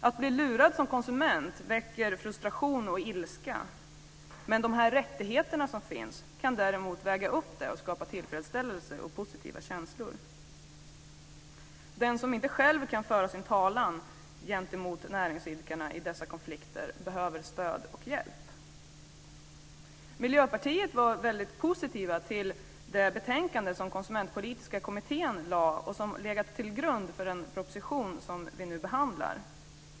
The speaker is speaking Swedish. Att bli lurad som konsument väcker frustration och ilska, men de rättigheter som finns kan väga upp det och skapa tillfredsställelse och positiva känslor. Den som inte själv kan föra sin talan gentemot näringsidkarna i dessa konflikter behöver stöd och hjälp. Miljöpartiet var väldigt positivt till det betänkande som Konsumentpolitiska kommittén lade och som har legat till grund för den proposition som vi nu behandlar.